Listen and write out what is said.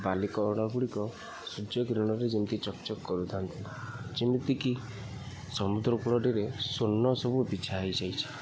ବାଲିକଣ ଗୁଡ଼ିକ ସୂର୍ଯ୍ୟକିରଣରେ ଯେମିତି ଚକ୍ ଚକ୍ କରୁଥାନ୍ତି ଯେମିତି କି ସମୁଦ୍ରକୂଳଟିରେ ସ୍ୱର୍ଣ୍ଣ ସବୁ ବିଛା ହେଇଯାଇଛି